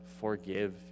forgive